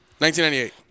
1998